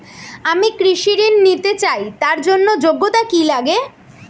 আমি কৃষি ঋণ নিতে চাই তার জন্য যোগ্যতা কি লাগে?